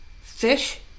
fish